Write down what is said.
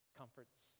comforts